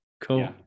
cool